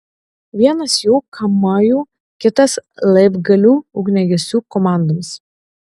vienas jų kamajų kitas laibgalių ugniagesių komandoms